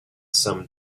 some